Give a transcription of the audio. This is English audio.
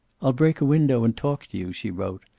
i'll break a window and talk to you, she wrote.